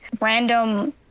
random